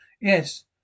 Yes